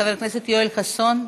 חבר הכנסת יואל חסון,